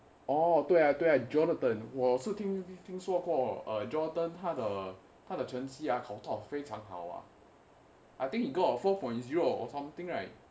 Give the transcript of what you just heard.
哦对啊对啊 jonathan 听说过 jonathan 他的他的成绩考到非常好啊 I think he got a four point zero or something right